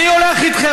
אני הולך איתכם.